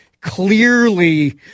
clearly